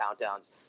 countdowns